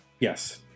Yes